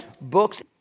books